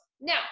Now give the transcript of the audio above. Now